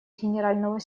генерального